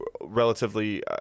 relatively